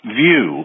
view